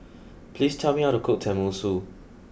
please tell me how to cook Tenmusu